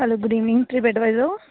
hello good evening trip advisor